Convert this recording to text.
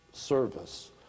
service